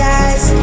eyes